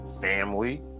family